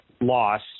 loss